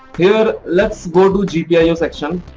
here lets go to to gpio section.